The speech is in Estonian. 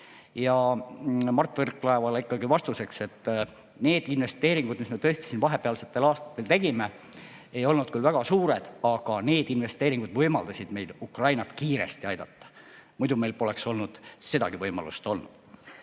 Ja Mart Võrklaevale vastuseks. Need investeeringud, mis me tõesti vahepealsetel aastatel tegime, ei olnud küll väga suured, aga need investeeringud võimaldasid meil Ukrainat kiiresti aidata. Muidu meil poleks sedagi võimalust olnud.